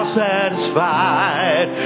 satisfied